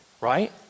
right